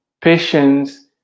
patience